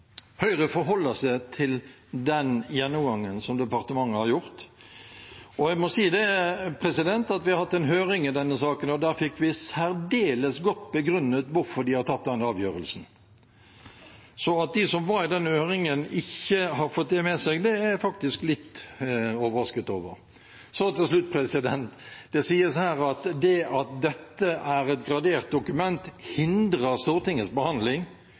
Høyre forholder seg til den gjennomgangen som departementet har gjort. Jeg må si at vi har hatt en høring i denne saken, og da fikk vi særdeles godt begrunnet hvorfor de har tatt den avgjørelsen. At de som var i denne høringen, ikke har fått det med seg, er jeg faktisk litt overrasket over. Så til slutt: Det sies her at det at dette er et gradert dokument, hindrer Stortingets behandling,